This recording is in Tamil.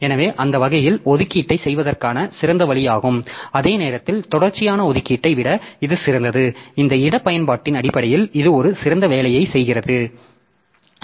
எனவே அந்த வகையில் ஒதுக்கீட்டைச் செய்வதற்கான சிறந்த வழியாகும் அதே நேரத்தில் தொடர்ச்சியான ஒதுக்கீட்டை விட இது சிறந்தது இந்த இட பயன்பாட்டின் அடிப்படையில் இது ஒரு சிறந்த வேலையைச் செய்கிறது